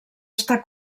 està